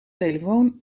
telefoon